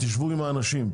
שבו עם האנשים.